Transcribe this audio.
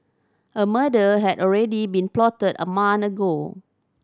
a murder had already been plotted a ago